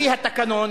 לפי התקנון,